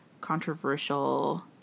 controversial